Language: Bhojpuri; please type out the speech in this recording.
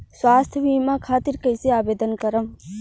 स्वास्थ्य बीमा खातिर कईसे आवेदन करम?